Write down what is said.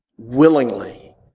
willingly